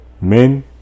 men